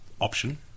option